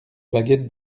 baguette